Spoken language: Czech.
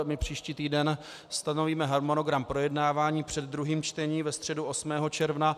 My příští týden stanovíme harmonogram projednávání před druhým čtením ve středu 8. června.